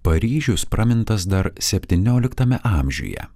paryžius pramintas dar septynioliktame amžiuje